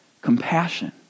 compassion